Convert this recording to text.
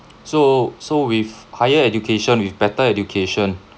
so so with higher education with better education